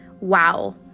wow